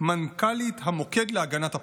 מנכ"לית המוקד להגנת הפרט.